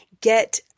get